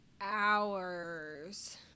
hours